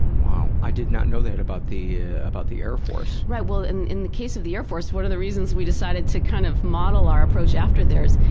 wow. i did not know that about the ah about the air force. right, well, in in the case of the air force, one of the reasons we decided to kind of model our approach after theirs,